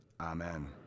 Amen